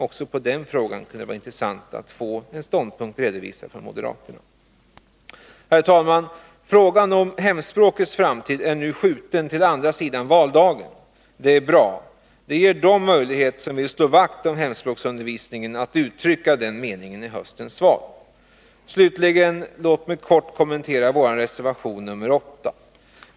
Också beträffande den frågan kunde det vara intressant att få en redovisning av moderaternas ståndpunkt. Herr talman! Frågan om hemspråkets framtid är nu skjuten till andra sidan valdagen. Det är bra. Det ger dem som vill slå vakt om hemspråksundervisningen möjlighet att uttrycka den meningen i höstens val. Låg mig slutligen kort kommentera vår reservation nr 8.